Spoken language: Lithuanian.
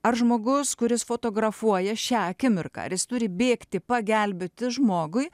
ar žmogus kuris fotografuoja šią akimirką jis turi bėgti pagelbėti žmogui